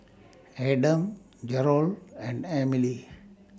Adams Jerold and Emile